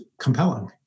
compelling